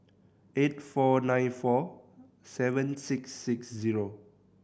eight four nine four seven six six zero